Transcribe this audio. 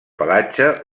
pelatge